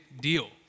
deal